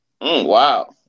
wow